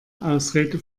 ausrede